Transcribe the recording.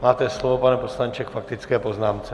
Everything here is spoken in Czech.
Máte slovo, pane poslanče, k faktické poznámce.